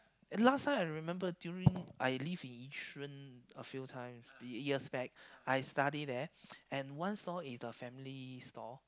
last time I remember during I live in Yishun a few time years back I study there and one stall is the family stall